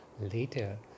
Later